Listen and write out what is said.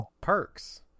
Perks